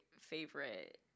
favorite